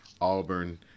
Auburn